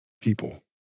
people